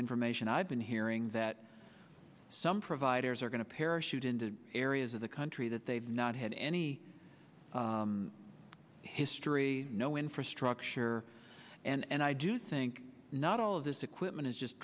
information i've been hearing that some providers are going to parachute into areas of the country that they've not had any history no infrastructure and i do think not all of this equipment is just